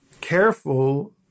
careful